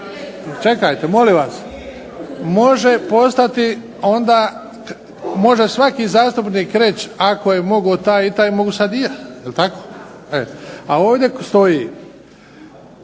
Čekajte, molim vas. Može postati, onda može svaki zastupnik reći ako je mogao taj i taj mogu sad i ja, jel tako? A ovdje stoji: